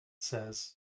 says